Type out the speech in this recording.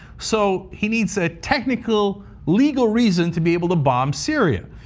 so he needs a technical legal reason to be able to bomb syria,